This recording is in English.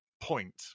point